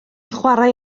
chwarae